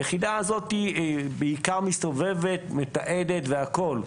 היחידה הזאת בעיקר מסתובבת, מתעדת והכול.